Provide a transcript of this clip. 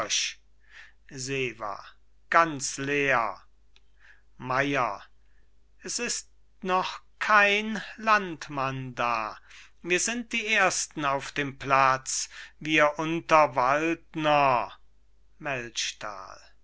horch sewa ganz leer meier s ist noch kein landmann da wir sind die ersten auf dem platz wir unterwaldner